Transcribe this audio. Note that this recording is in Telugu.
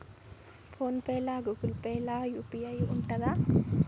ఫోన్ పే లా గూగుల్ పే లా యూ.పీ.ఐ ఉంటదా?